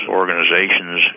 organizations